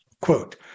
Quote